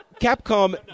Capcom